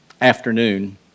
afternoon